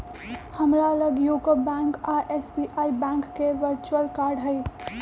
हमरा लग UCO bank आऽ एस.बी.आई बैंक के वर्चुअल कार्ड हइ